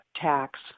tax